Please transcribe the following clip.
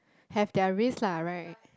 have their risk lah right